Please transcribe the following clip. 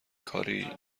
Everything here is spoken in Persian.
کاری